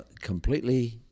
completely